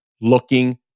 looking